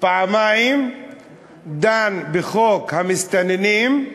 דן פעמיים בחוק המסתננים,